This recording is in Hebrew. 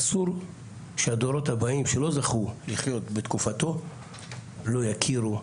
אסור שהדורות הבאים שלא זכו לחיות בתקופתו לא יכירו,